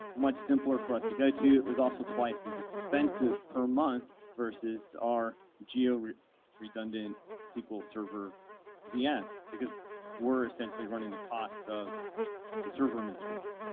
much simpler for us to go. it was also twice as expensive per month versus our geo redundant sql server vms, because we're essentially running the cost of the server administration.